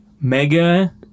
mega